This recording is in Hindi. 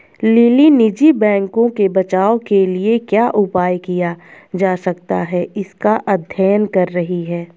लिली निजी बैंकों के बचाव के लिए क्या उपाय किया जा सकता है इसका अध्ययन कर रही है